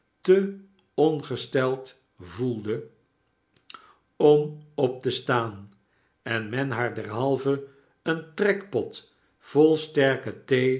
te ongesteld gevoelde om op te staan en men haar derhalve een trekpot vol sterke